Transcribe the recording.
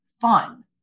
fun